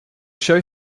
show